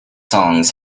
songs